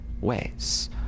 ways